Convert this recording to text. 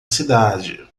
cidade